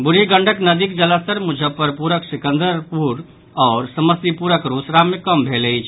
बूढ़ी गंडक नदीक जलस्तर मुजफ्फरपुरक सिकंदरपुर आओर समस्तीपुरक रोसड़ा मे कम भेल अछि